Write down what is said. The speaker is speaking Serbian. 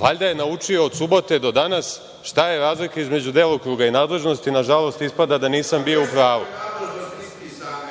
valjda je naučio od subote do danas šta je razlika između delokruga i nadležnosti. Na žalost, ispada da nisam bio u